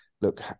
look